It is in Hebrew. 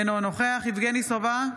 אינו נוכח יבגני סובה,